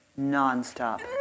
nonstop